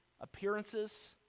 appearances